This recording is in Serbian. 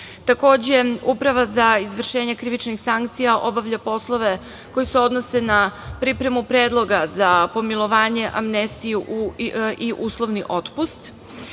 Takođe, Uprava za izvršenje krivičnih sankcija obavlja poslove koji se odnose na pripremu predloga za pomilovanje, amnestiju i uslovni otpust,